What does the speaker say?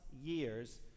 years